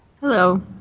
Hello